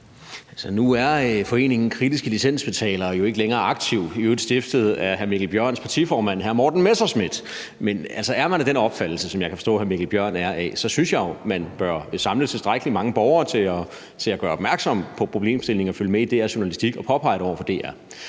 Nu er foreningen Kritiske Licensbetalere jo ikke længere aktiv, i øvrigt stiftet af hr. Mikkel Bjørns partiformand, hr. Morten Messerschmidt. Men er man af den opfattelse, som jeg kan forstå hr. Mikkel Bjørn er af, synes jeg jo, at man bør samle tilstrækkelig mange borgere til at gøre opmærksom på problemstillingen og følge med i DR's journalistisk og påpege det over for DR.